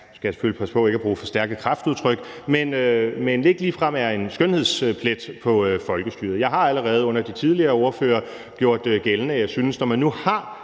jeg selvfølgelig passe på ikke at bruge for stærke kraftudtryk – lidt er en skønhedsplet på folkestyret. Jeg har allerede under de tidligere ordførere gjort gældende, at jeg synes, at når man nu har